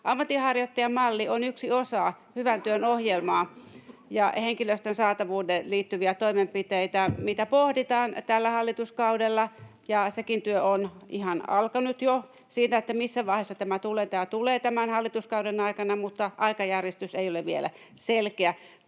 Ammatinharjoittajamalli on yksi osa hyvän työn ohjelmaa ja henkilöstön saatavuuteen liittyviä toimenpiteitä, mitä pohditaan tällä hallituskaudella, ja sekin työ on ihan alkanut jo. Se, että missä vaiheessa tämä tulee, tämä tulee tämän hallituskauden aikana, mutta aikajärjestys ei ole vielä selkeä.